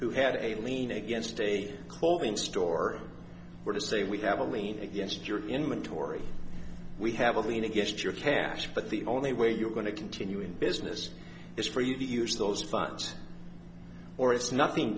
who had a lien against a clothing store were to say we have a lien against your inventory we have a lien against your cash but the only way you're going to continue in business is for you to use those funds or it's nothing